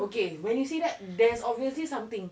okay when you say that there's obviously something